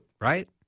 Right